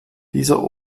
dieser